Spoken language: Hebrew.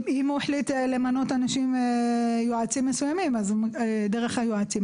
אם הוא החליט למנות אנשים שהם יועצים מסוימים אז זה דרך היועצים,